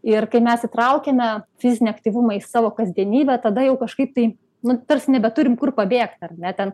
ir kai mes įtraukiame fizinį aktyvumą į savo kasdienybę tada jau kažkaip tai nu tarsi nebeturim kur pabėgt ar ne ten